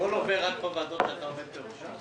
הכול עובר רק בוועדות שאתה עומד בראשן?